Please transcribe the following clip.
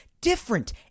different